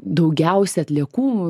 daugiausia atliekų